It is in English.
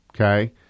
Okay